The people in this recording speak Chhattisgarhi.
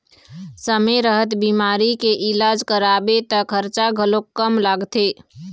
समे रहत बिमारी के इलाज कराबे त खरचा घलोक कम लागथे